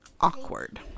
Awkward